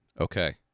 okay